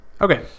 Okay